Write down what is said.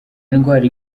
indwara